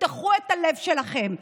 תפתחו את הלב שלכם.